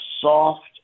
soft